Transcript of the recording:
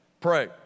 Pray